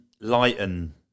lighten